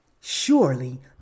Surely